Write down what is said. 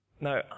No